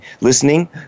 listening